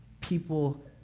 people